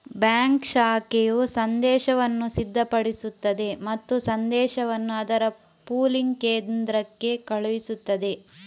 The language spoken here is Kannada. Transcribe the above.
ಬ್ಯಾಂಕ್ ಶಾಖೆಯು ಸಂದೇಶವನ್ನು ಸಿದ್ಧಪಡಿಸುತ್ತದೆ ಮತ್ತು ಸಂದೇಶವನ್ನು ಅದರ ಪೂಲಿಂಗ್ ಕೇಂದ್ರಕ್ಕೆ ಕಳುಹಿಸುತ್ತದೆ